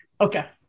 Okay